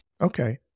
Okay